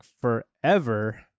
forever